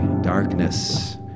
darkness